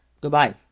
Goodbye